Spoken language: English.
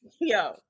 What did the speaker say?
Yo